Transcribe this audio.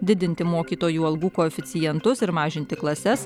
didinti mokytojų algų koeficientus ir mažinti klases